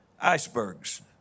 icebergs